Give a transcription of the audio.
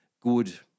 good